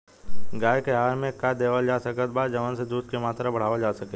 गाय के आहार मे का देवल जा सकत बा जवन से दूध के मात्रा बढ़ावल जा सके?